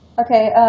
Okay